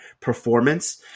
performance